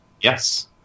Yes